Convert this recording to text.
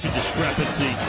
discrepancy